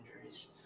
injuries